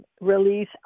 release